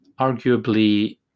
arguably